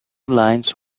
lines